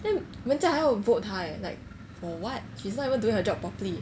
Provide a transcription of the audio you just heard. then 人家还有 vote 她 leh like for what she's not even doing her job properly